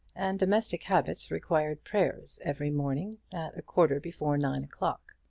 and domestic habits required prayers every morning at a quarter before nine o'clock.